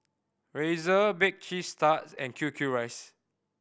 Razer Bake Cheese Tart and Q Q Rice